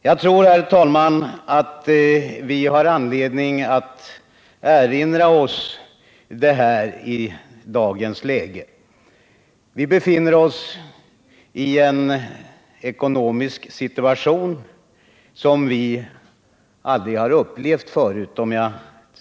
Jag tror, herr talman, att vi har anledning att erinra oss detta i dagens läge. Vi befinner oss i en ekonomisk situation som vi aldrig har upplevt förut.